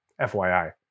FYI